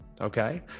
Okay